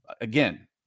Again